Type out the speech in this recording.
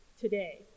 today